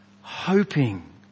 hoping